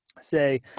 Say